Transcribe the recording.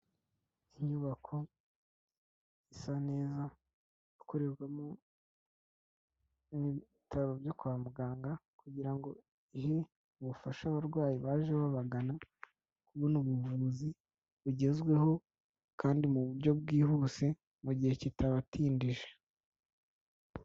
Inyubako isa neza ikorerwamo n'ibitaro byo kwa muganga kugira ngo ihe ubufasha abarwayi baje babagana kubona ubuvuzi bugezweho kandi mu buryo bwihuse mu gihe kitabatindije.